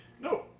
No